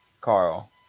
Carl